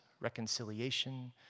reconciliation